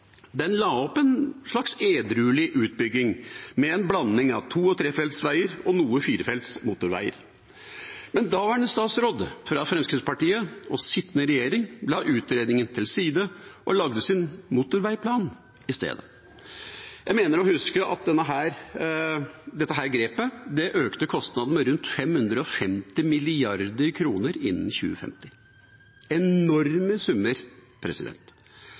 la opp en slags edruelig utbygging med en blanding av to- og trefeltsveier og noe firefelts motorveier. Men daværende statsråd fra Fremskrittspartiet og sittende regjering la utredningen til side og lagde sin motorveiplan i stedet. Jeg mener å huske at dette grepet økte kostnadene med rundt 550 mrd. kr innen 2050. Enorme summer!